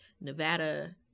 Nevada